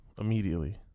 immediately